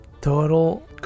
total